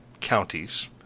counties